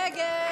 נגד,